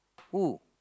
who